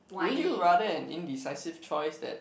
would you rather an indecisive choice that